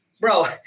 bro